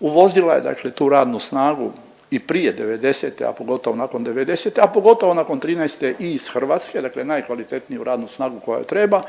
Uvozila je dakle tu radnu snagu i prije '90.-te, a pogotovo nakon '90.-te, a pogotovo nakon '13. i iz Hrvatske, dakle najkvalitetniju radnu snagu koja joj treba,